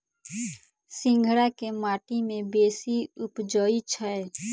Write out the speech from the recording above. सिंघाड़ा केँ माटि मे बेसी उबजई छै?